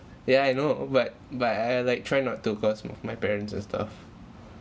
yeah I know but but I like try not to cause of my parents and stuff